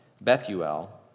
Bethuel